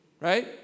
right